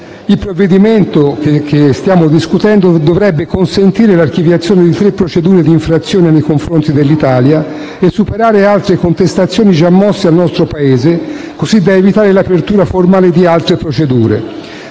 il provvedimento che stiamo discutendo dovrebbe consentire l'archiviazione di tre procedure di infrazione nei confronti dell'Italia e superare altre contestazioni già mosse al nostro Paese, così da evitare l'apertura formale di altre procedure.